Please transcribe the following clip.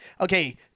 okay